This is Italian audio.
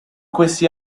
questi